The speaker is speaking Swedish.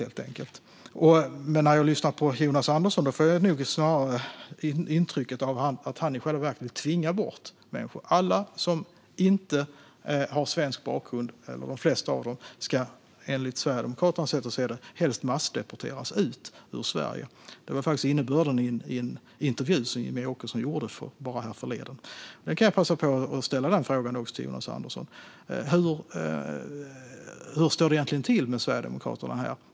Men när jag lyssnar på Jonas Andersson får jag snarare intrycket att han i själva verket vill tvinga bort människor. Alla som inte har svensk bakgrund - eller de flesta av dem - ska enligt Sverigedemokraternas sätt att se det helst massdeporteras ut ur Sverige. Det var faktiskt innebörden i en intervju som Jimmie Åkesson gjorde härförleden. Jag kan passa på att fråga Jonas Andersson: Hur står det egentligen till med Sverigedemokraterna här?